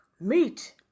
meat